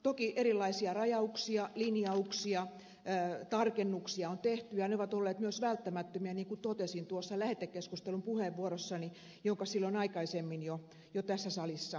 toki erilaisia rajauksia linjauksia tarkennuksia on tehty ja ne ovat olleet myös välttämättömiä niin kuin totesin lähetekeskustelun puheenvuorossani jonka silloin aikaisemmin jo tässä salissa käytin